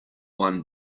one